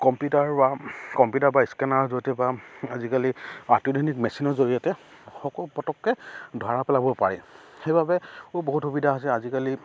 computer বা computer বা স্কেনাৰৰ জৰিয়তে বা আজিকালি অত্যাধুনিক মেচিনৰ জৰিয়তে সকলো পতককৈ ধৰা পেলাব পাৰে সেইবাবে বহুত সুবিধা হৈছে আজিকালি